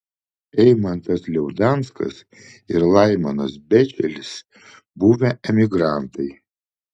eimantas liaudanskas ir laimonas bečelis buvę emigrantai